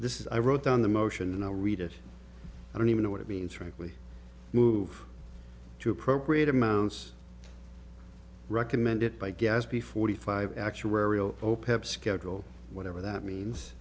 this is i wrote down the motion and i'll read it i don't even know what it means frankly move to appropriate amounts recommended by gaspy forty five actuarial opap schedule whatever that means